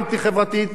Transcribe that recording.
אנטי-חברתית,